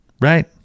right